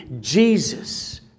Jesus